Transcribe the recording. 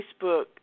Facebook